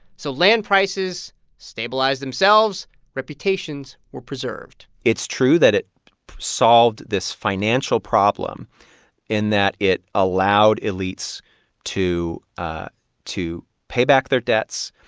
so land prices stabilized themselves reputations were preserved it's true that it solved this financial problem in that it allowed elites to ah to pay back their debts,